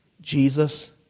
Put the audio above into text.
Jesus